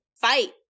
fight